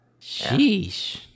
Sheesh